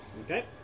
Okay